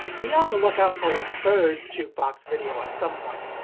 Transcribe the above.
be on the lookout for a third jukebox video at some point,